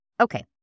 Okay